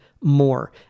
more